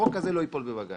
החוק הזה לא ייפול בבג"ץ.